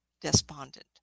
despondent